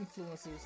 influencers